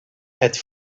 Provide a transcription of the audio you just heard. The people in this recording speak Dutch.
het